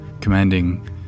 commanding